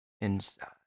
Inside